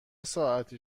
ساعتی